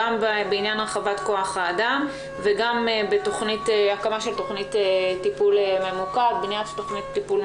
בעניין הרחבת כוח האדם וגם בבנייה של תוכנית לטיפול ממוקד.